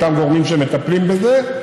אותם גורמים שמטפלים בזה,